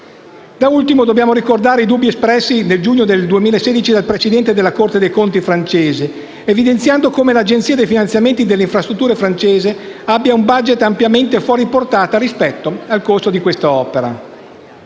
Da ultimo dobbiamo ricordare i dubbi espressi il 10 giugno 2016 dal presidente della Corte dei conti francese, evidenziando come l'Agenzia francese per il finanziamento delle infrastrutture abbia un *budget* ampiamente fuori portata rispetto al costo di questa opera.